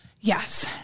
Yes